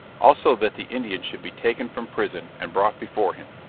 also that the indian should be taken from prison, and brought before him.